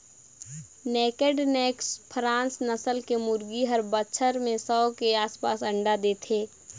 naked neck cross नसल के मुरगी हर बच्छर में सौ के आसपास अंडा देथे